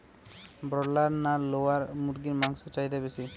Broiler না layer মুরগির মাংসর চাহিদা বেশি?